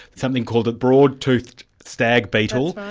something called the broad-toothed stag beetle,